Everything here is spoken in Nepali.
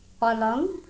पलङ